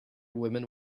women